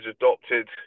adopted